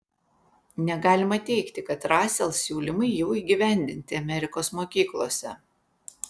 negalima teigti kad rasel siūlymai jau įgyvendinti amerikos mokyklose